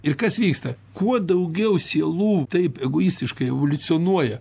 ir kas vyksta kuo daugiau sielų taip egoistiškai evoliucionuoja